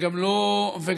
וגם לא במצ"ח,